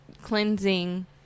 cleansing